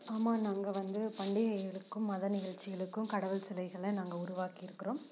ஆமாம் நாங்கள் வந்து பண்டையகளுக்கும் மத நிகழ்ச்சிகளுக்கும் கடவுள் சிலைகளை நாங்கள் உருவாக்கியிருக்கிறோம்